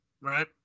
right